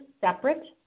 separate